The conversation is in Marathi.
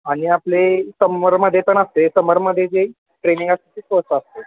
आणि आपले समरमध्ये पण असते समरमध्ये जे ट्रेनिंग असते ते कोर्स असते